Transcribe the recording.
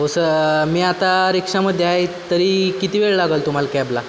हो स मी आता रिक्शामध्ये आहे तरी किती वेळ लागेल तुम्हाला कॅबला